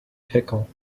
pickle